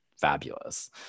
fabulous